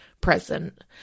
present